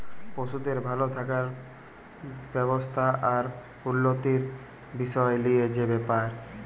পশুদের ভাল থাকার ব্যবস্থা আর উল্যতির বিসয় লিয়ে যে ব্যাপার